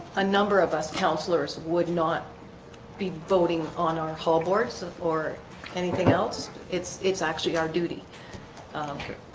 a number of us counselors would not be voting on our hall boards or anything else it's it's actually our duty okay,